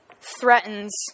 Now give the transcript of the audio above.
threatens